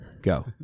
Go